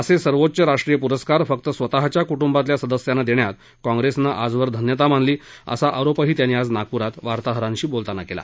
असे सर्वोच्च राष्ट्रीय पुरस्कार फक्त स्वतःच्या कुटुंबातल्या सदस्यांना देण्यात काँग्रेसनं धन्यता मानली असा आरोप त्यांनी आज नागपुरात वार्ताहरांशी बोलताना केला